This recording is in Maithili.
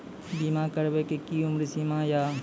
बीमा करबे के कि उम्र सीमा या?